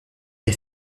est